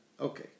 Okay